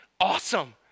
awesome